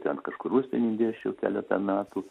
ten kažkur užsieny dėsčiau keletą metų